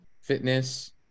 fitness